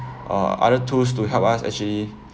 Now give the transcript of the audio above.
uh other tools to help us actually